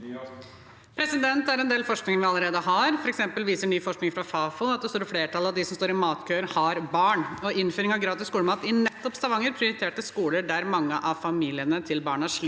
Hege Bae Nyholt (R) Det er en del forsk- ning vi allerede har. For eksempel viser ny forskning fra Fafo at det store flertallet av dem som står i matkøer, har barn. Ved innføringen av gratis skolemat i nettopp Stavanger prioriterte man skoler der mange av familiene til barna sliter